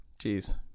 Jeez